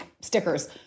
stickers